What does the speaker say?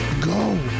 Go